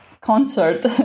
concert